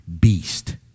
beast